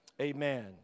Amen